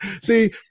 see